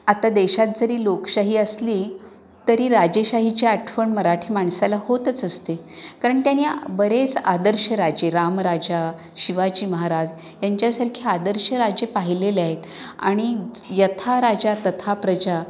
आता देशात जरी लोकशाही असली तरी राजेशाहीची आठवण मराठी माणसाला होतच असते कारण त्यांनी बरेच आदर्श राजे रामराजा शिवाजी महाराज यांच्यासारखे आदर्श राजे पाहिलेले आहेत आणि यथा राजा तथा प्रजा